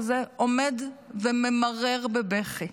עומד וממרר בבכי,